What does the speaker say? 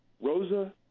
Rosa